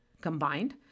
combined